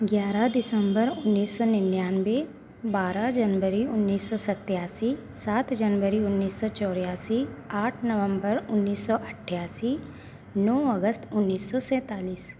ग्यारह दिसंबर उन्नीस सो निन्यानवे बराह जनबरी उन्नीस सौ सतासी सात जनबरी उन्नीस सौ चौरासी आठ नवंबर उन्नीस सौ अट्ठासी नो अगस्त उन्नीस सौ सैंतालीस